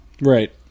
Right